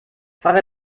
frage